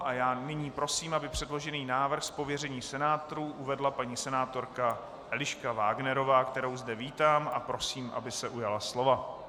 A já nyní prosím, aby předložený návrh z pověření senátorů uvedla paní senátorka Eliška Wagnerová, kterou zde vítám a prosím, aby se ujala slova.